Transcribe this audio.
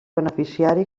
beneficiari